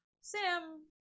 Sam